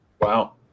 Wow